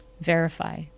verify